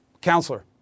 counselor